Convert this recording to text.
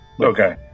Okay